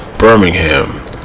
Birmingham